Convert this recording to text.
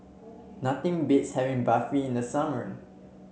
nothing beats having Barfi in the summer